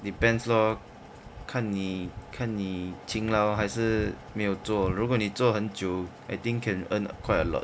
depends lor 看你看你勤劳还是没有做如果你做很久 I think can earn quite a lot